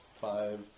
five